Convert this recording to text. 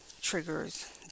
triggers